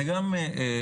בשורה